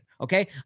okay